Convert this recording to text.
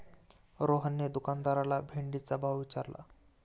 रोहनने दुकानदाराला भेंडीचा भाव विचारला